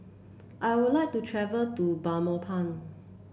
I would like to travel to Belmopan